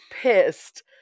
pissed